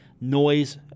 noise